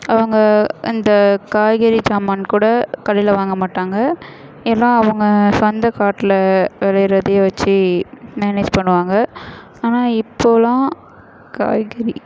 அவங்க அந்த காய்கறி சாமான் கூட கடையில் வாங்க மாட்டாங்க ஏன்னா அவங்க சொந்த காட்டில் விளையிறதையே வச்சு மேனேஜ் பண்ணுவாங்க ஆனால் இப்போதெல்லாம் காய்கறி